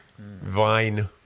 Vine